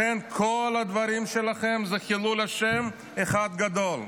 לכן, כל הדברים שלכם זה חילול השם אחד גדול.